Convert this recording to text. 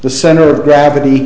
the center of gravity